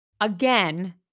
again